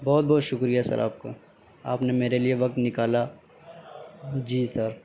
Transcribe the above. بہت بہت شکریہ سر آپ کا آپ نے میرے لیے وقت نکالا جی سر